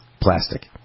plastic